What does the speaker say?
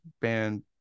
band